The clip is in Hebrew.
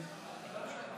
(קוראת בשמות חברי הכנסת)